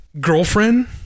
girlfriend